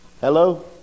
Hello